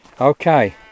Okay